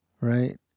right